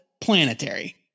planetary